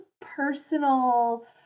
personal